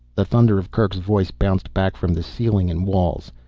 the thunder of kerk's voice bounced back from the ceiling and walls.